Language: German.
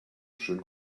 schönen